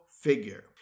figure